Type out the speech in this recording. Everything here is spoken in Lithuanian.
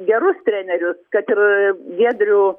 gerus trenerius kad ir giedrių